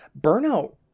burnout